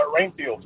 Rainfield